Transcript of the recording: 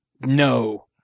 No